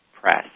press